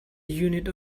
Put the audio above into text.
unit